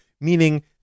meaning